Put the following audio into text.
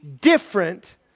different